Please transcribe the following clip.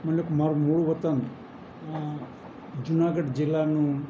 મલક મારું મૂળ વતન જૂનાગઢ જિલ્લાનું